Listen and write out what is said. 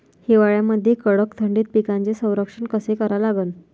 हिवाळ्यामंदी कडक थंडीत पिकाचे संरक्षण कसे करा लागन?